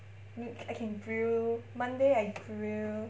meat I can grill monday I grill